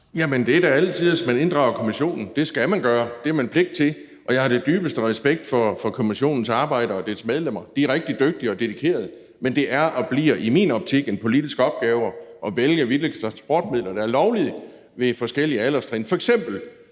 at man inddrager kommissionen, det skal man gøre, det har man pligt til, og jeg har den dybeste respekt for kommissionens arbejde og dens medlemmer, for de er rigtig dygtige og dedikerede, men det er og bliver i min optik en politisk opgave at vælge, hvilke transportmidler der er lovlige ved forskellige alderstrin.